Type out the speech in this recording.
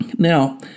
Now